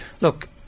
look